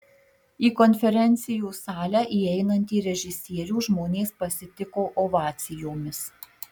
į konferencijų salę įeinantį režisierių žmonės pasitiko ovacijomis